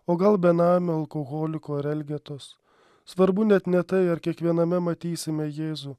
o gal benamio alkoholiko ar elgetos svarbu net ne tai ar kiekviename matysime jėzų